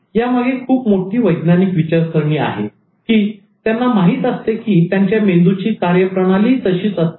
यामागे खूप मोठी वैज्ञानिक विचारसरणी आहे की त्यांना माहित असते की त्यांच्या मेंदूची कार्यप्रणाली तशी असते